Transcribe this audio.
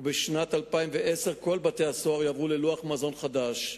ובשנת 2010 כל בתי-הסוהר יעברו ללוח מזון חדש.